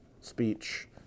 speech